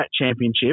championship